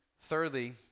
thirdly